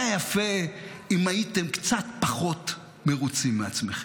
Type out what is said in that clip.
היה יפה אם הייתם קצת פחות מרוצים מעצמכם.